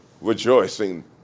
Rejoicing